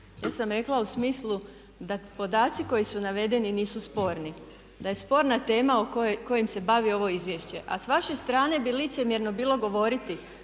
ja sam rekla u smislu da podaci koji su navedeni nisu sporni. Da je sporna tema o kojoj se bavi ovo izvješće. A s vaše strane bi licemjerno bilo govoriti